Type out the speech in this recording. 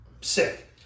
sick